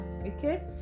okay